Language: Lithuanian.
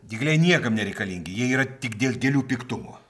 dygliai niekam nereikalingi jie yra tik dėl gėlių piktumo